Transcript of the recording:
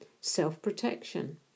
Self-protection